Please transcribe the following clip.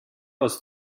aus